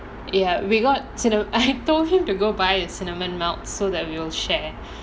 ya we got cinnamon I told him to go buy cinnamon melts so that we will share